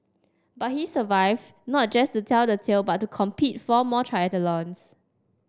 but he survived not just to tell the tale but to complete four more triathlons